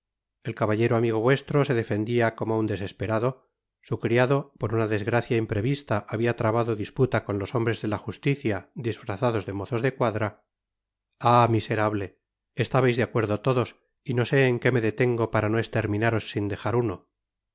el caballero amigo vuestro se defendia como un desesperado su criado por una desgracia imprevista habia trabado disputa con los hombres de la justicia disfrazados de mozos de cuadra ah miserable estabais de acuerdo todos y no sé en que me detengo para no esterminaros sin dejar uno